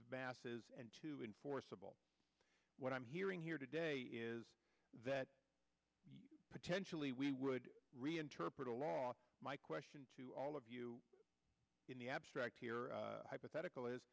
masses and two enforceable what i'm hearing here today is that potentially we would reinterpret a law my question to all of you in the abstract here hypothetical is